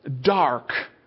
dark